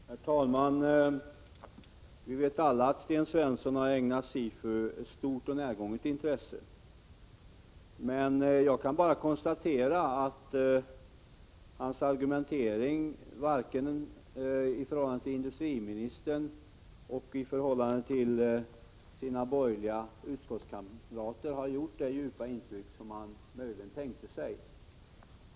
Herr talman! Vi vet alla att Sten Svensson har ägnat SIFU ett stort och närgånget intresse, men jag kan bara konstatera att hans argumentering varken i förhållande till industriministern eller i förhållande till hans borgerliga utskottskamrater har gjort det djupa intryck som han möjligen tänkte sig.